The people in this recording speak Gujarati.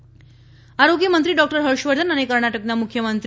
હર્ષ વર્ધન આરોગ્યમંત્રી ડોક્ટર હર્ષ વર્ધન અને કર્ણાટકના મુખ્યમંત્રી બી